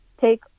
take